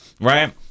right